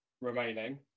remaining